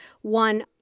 one